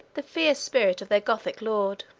the fierce spirit of their gothic lord.